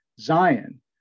Zion